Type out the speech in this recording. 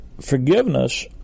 forgiveness